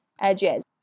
edges